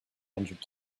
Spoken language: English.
entered